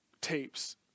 tapes